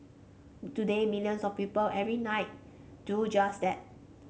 today millions of people every night do just that